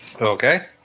Okay